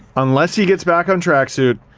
unless he gets back on track suit,